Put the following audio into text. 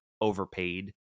overpaid